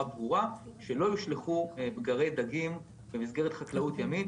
ברורה שלא יושלכו פגרי דגים במסגרת חקלאות ימית,